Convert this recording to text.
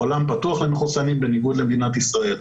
העולם פתוח למחוסנים בניגוד למדינת ישראל.